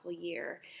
year